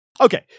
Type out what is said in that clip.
Okay